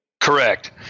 Correct